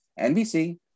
NBC